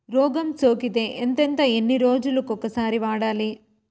రోగం సోకితే ఎంతెంత ఎన్ని రోజులు కొక సారి వాడాలి?